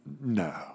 no